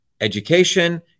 education